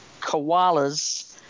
Koalas